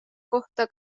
kohta